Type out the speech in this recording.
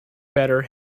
better